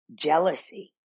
jealousy